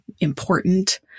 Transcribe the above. important